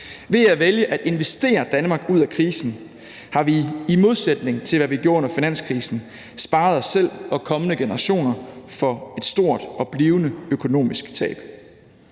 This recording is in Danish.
Ved at vælge at investere Danmark ud af krisen har vi, i modsætning til hvad vi gjorde under finanskrisen, sparet os selv og kommende generationer for et stort og blivende økonomisk tab.